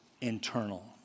internal